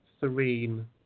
serene